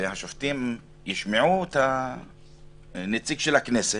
והשופטים ישמעו את הנציג של הכנסת.